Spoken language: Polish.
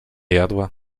jadła